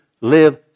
live